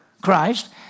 Christ